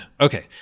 Okay